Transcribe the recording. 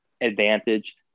advantage